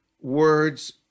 words